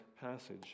passage